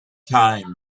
thyme